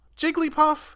jigglypuff